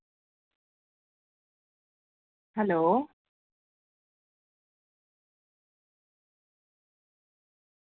hello